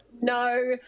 no